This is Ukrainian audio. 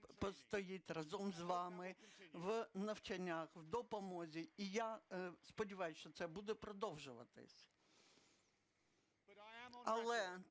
я сподіваюсь, що це буде продовжуватись.